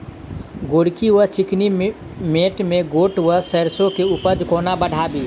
गोरकी वा चिकनी मैंट मे गोट वा सैरसो केँ उपज कोना बढ़ाबी?